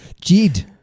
Jed